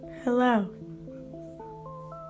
Hello